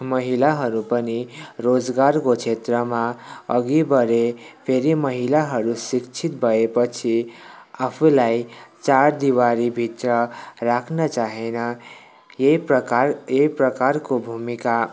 महिलाहरू पनि रोजगारको क्षेत्रमा अघि बढे फेरि महिलाहरू शिक्षित भएपछि आफूलाई चार दिवारी भित्र रख्न चाहेनन् यही प्रकार यही प्रकारको भूमिका